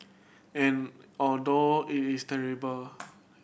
and although it is terrible